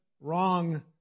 wrong